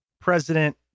president